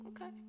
Okay